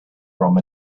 from